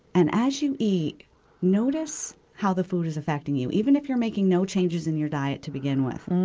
and as you eat notice how the food is affecting you, even if you're making no changes in your diet to begin with.